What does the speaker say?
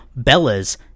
Bellas